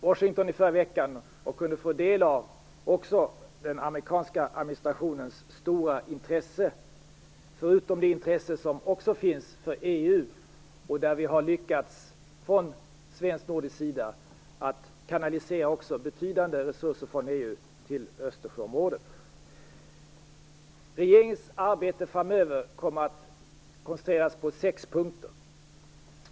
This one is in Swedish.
Fru talman! Aldrig tidigare har Sveriges samarbete med staterna kring Östersjön varit så omfattande och så djupt som nu. Jag var i Washington i förra veckan, där jag kunde ta del av den amerikanska administrationens stora intresse för Östersjösamarbetet. Dessutom finns det ett stort intresse från EU. Vi har från svensk sida lyckats att kanalisera betydande resurser från EU till Regeringens arbete framöver kommer att koncentreras på sex punkter.